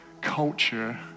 culture